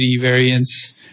variants